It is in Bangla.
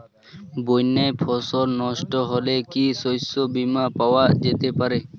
বন্যায় ফসল নস্ট হলে কি শস্য বীমা পাওয়া যেতে পারে?